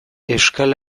euskal